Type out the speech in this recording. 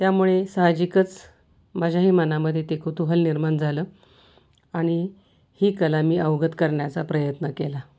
त्यामुळे साहजिकच माझ्याही मनामध्ये ते कुतूहल निर्माण झालं आणि ही कला मी अवगत करण्याचा प्रयत्न केला